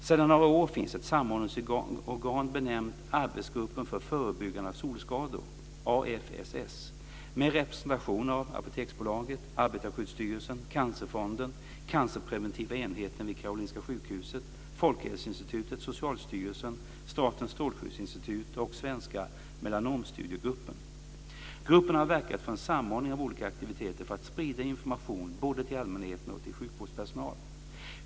Sedan några år finns ett samordningsorgan benämnt Arbetsgruppen för förebyggande av solskador, AFSS, med representation av Apoteksbolaget, Arbetarskyddsstyrelsen, Cancerfonden, Cancerpreventiva enheten vid Karolinska sjukhuset, Folkhälsoinstitutet, Socialstyrelsen, Statens strålskyddsinstitut och Svenska Melanomstudiegruppen. Gruppen har verkat för en samordning av olika aktiviteter för att sprida information både till allmänhet och till sjukvårdspersonal.